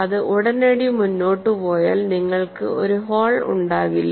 അത് ഉടനടി മുന്നോട്ട് പോയാൽ നിങ്ങൾക്ക് ഒരു ഹോൾ ഉണ്ടാകില്ല